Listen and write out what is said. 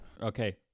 Okay